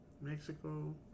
Mexico